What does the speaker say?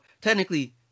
Technically